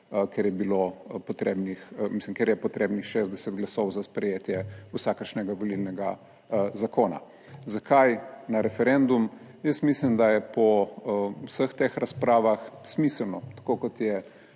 ker je potrebnih 60 glasov za sprejetje vsakršnega volilnega zakona. Zakaj na referendum? Jaz mislim, da je po vseh teh razpravah smiselno, tako kot je